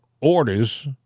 orders